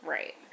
Right